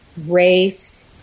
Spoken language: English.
race